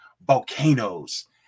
volcanoes